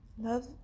love